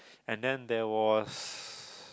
and then there was